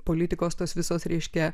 politikos tos visos reiškia